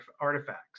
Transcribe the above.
artifacts